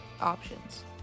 options